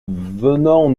venons